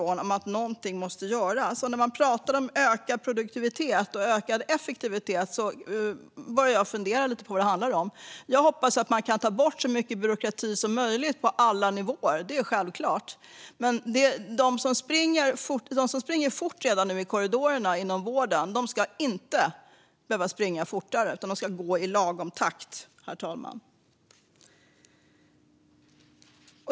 Jag börjar fundera över vad det handlar om när man pratar om ökad produktivitet och effektivitet. Jag hoppas självklart att man kan ta bort så mycket byråkrati som möjligt på alla nivåer. De som nu redan springer fort i korridorerna i vården ska inte behöva springa fortare, utan de ska gå i lagom takt.